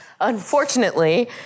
unfortunately